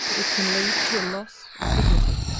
it can lead to a loss of dignity.